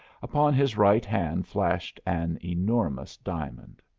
upon his right hand flashed an enormous diamond.